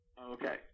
Okay